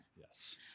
Yes